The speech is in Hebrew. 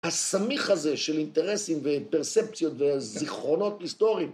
הסמיך הזה של אינטרסים ופרספציות וזיכרונות היסטוריים.